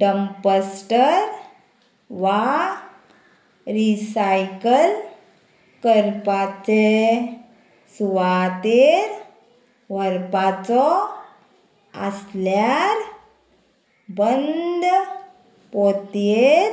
dumpster वा recycle करपाचे सुवातेर व्हरपाचो आसल्यार बंद पोतयेंत